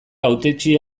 hautetsi